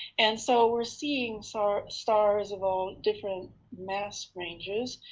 and so we're seeing so stars of all different mass ranges.